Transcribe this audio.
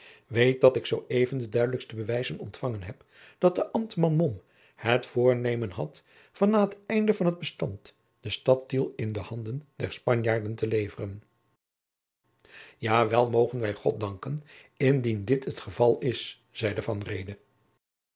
weet dat ik zoo even de duidelijkste bewijzen ontfangen heb dat de ambtman mom het voornemen had van na het einde van het bestand de stad tiel in de handen der spanjaarden te leveren ja wel mogen wij god danken indien dit het geval is zeide